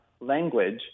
language